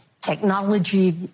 technology